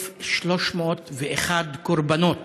1,301 קורבנות